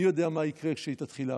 מי יודע מה יקרה כשהיא תתחיל לעבוד.